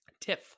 Tiff